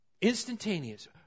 Instantaneous